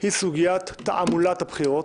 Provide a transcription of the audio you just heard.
היא סוגיית תעמולת הבחירות